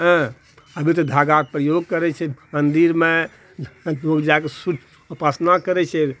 अभी तऽ धागाके प्रयोग करै छै मन्दिरमे पूजाके सूर्यके उपासना करै छै